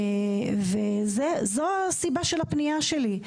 וזו הסיבה של הפניה שלי.